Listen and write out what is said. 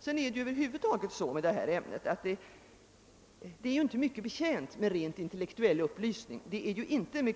Detta ämne är över huvud taget inte mycket betjänt av rent intellektuell upplysning;